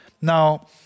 Now